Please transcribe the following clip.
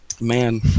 Man